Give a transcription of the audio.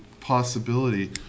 possibility